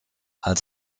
als